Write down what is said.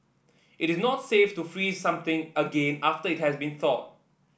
it is not safe to freeze something again after it has been thawed